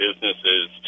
businesses